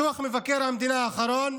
לפי דוח מבקר המדינה האחרון,